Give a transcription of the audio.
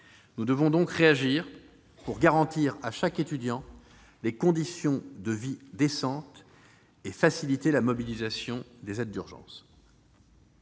Nous devons réagir pour garantir à chaque étudiant des conditions de vie décentes et faciliter la mobilisation des aides d'urgence.